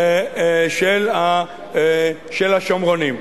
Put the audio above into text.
של השומרונים.